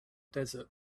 desert